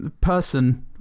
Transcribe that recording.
person